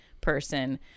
person